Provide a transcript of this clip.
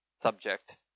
subject